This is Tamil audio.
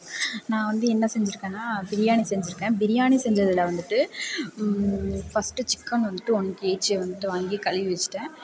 நா வந்து என்ன செஞ்சிருக்கேனா பிரியாணி செஞ்சிருக்கேன் பிரியாணி செஞ்சதில் வந்துட்டு ஃபர்ஸ்ட்டு சிக்கன் வந்துட்டு ஒன் கேஜி வந்துட்டு வாங்கி கழுவி வைச்சிட்டேன்